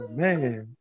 man